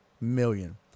million